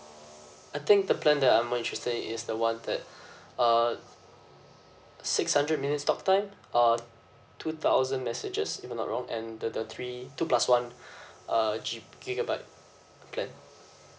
I think the plan that I'm more interested is the one that uh six hundred minutes talk time uh two thousand messages if I'm not wrong and the the three two plus one uh G gigabyte plan